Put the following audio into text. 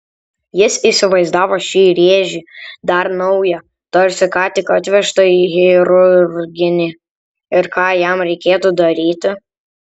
jis įsivaizdavo šį rėžį dar naują tarsi ką tik atvežtą į chirurginį ir ką jam reikėtų daryti